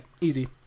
easy